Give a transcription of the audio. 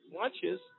lunches